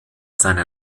seine